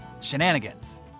shenanigans